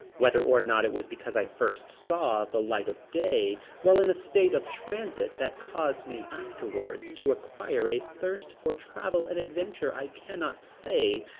whether or not it was because i first saw the light of day while in a state of transit that caused me afterwards to acquire a thirst for travel and adventure i cannot say,